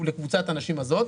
בקבוצת הנשים הזאת.